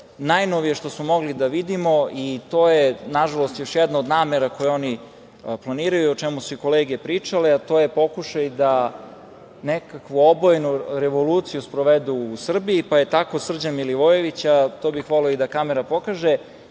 najnovije što smo mogli da vidimo i to je nažalost još jedna od namera koju oni planiraju, a o čemu su kolege pričale, a to je pokušaj da nekakvu obojenu revoluciju sprovedu u Srbiji. Tako je Srđan Milivojević, a to bih voleo i da kamera pokaže,